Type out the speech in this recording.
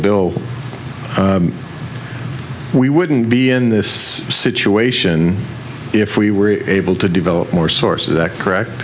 bill we wouldn't be in this situation if we were able to develop more sources that correct